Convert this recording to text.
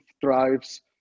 thrives